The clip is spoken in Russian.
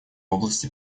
области